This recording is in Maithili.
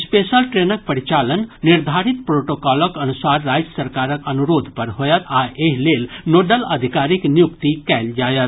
स्पेशल ट्रेनक परिचालन निर्धारित प्रोटोकॉलक अनुसार राज्य सरकारक अनुरोध पर होयत आ एहि लेल नोडल अधिकारीक नियुक्ति कयल जायत